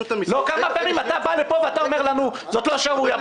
אתה בא לפה ואומר לנו שזאת לא שערורייה.